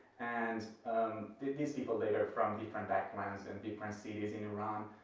and these people they are from different backgrounds, and different cities in iran.